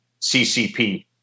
CCP